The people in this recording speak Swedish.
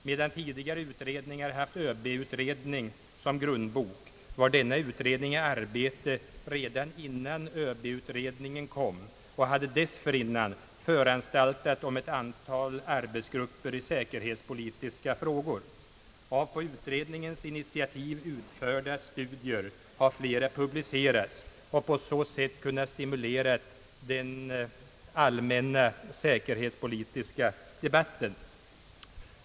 Medan tidigare utredningar haft ÖB-utredning som grundbok var denna utredning i arbete redan innan ÖB-utredningen kom och hade dessförinnan föranstaltat om ett antal arbetsgrupper i säkerhetspolitiska frågor. Av på utredningens initiativ utförda studier har flera publicerats och på så sätt kunnat stimulera den allmänna säkerhetspolitiska debatten.